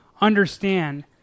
understand